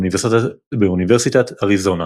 באוניברסיטת אריזונה.